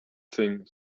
thing